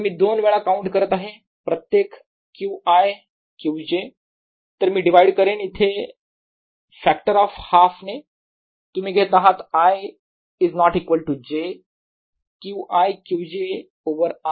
तर मी दोन वेळा काउंट करत आहे प्रत्येक Q i Q j तर मी डिवाइड करेन या इथे फॅक्टर ऑफ हाफ ने तुम्ही घेत आहात i ≠ j Q i Q j over r i j